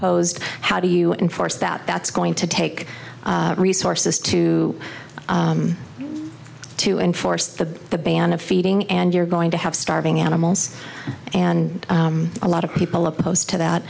posed how do you enforce that that's going to take resources to to enforce the the ban of feeding and you're going to have starving animals and a lot of people opposed to that